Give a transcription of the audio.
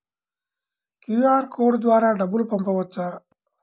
QR code ద్వారా డబ్బులు పంపవచ్చా?